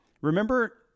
remember